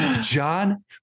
John